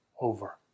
over